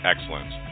excellence